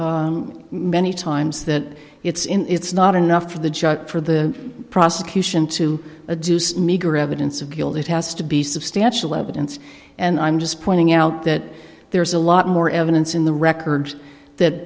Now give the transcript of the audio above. d many times that it's in it's not enough for the judge for the prosecution to a deuced meager evidence of guilt it has to be substantial evidence and i'm just pointing out that there's a lot more evidence in the record that